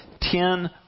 ten